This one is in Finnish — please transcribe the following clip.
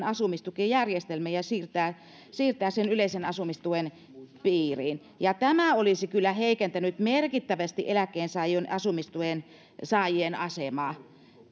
asumistukijärjestelmän ja siirtää siirtää sen yleisen asumistuen piiriin ja tämä olisi kyllä heikentänyt merkittävästi eläkkeensaajan asumistuen saajien asemaa